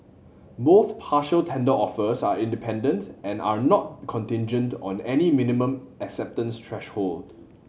both partial tender offers are independent and are not contingent on any minimum acceptance threshold